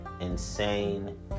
insane